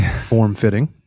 Form-fitting